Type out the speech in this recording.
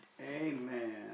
Amen